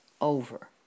over